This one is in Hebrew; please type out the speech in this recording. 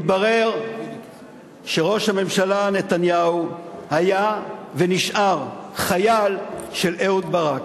מתברר שראש הממשלה נתניהו היה ונשאר חייל של אהוד ברק.